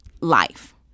life